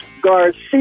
Garcia